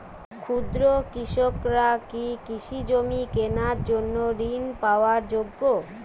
ক্ষুদ্র কৃষকরা কি কৃষিজমি কেনার জন্য ঋণ পাওয়ার যোগ্য?